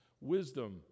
Wisdom